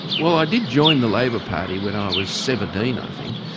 well i did join the labor party when i was seventeen, i think,